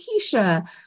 Keisha